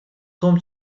том